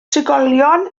trigolion